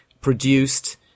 produced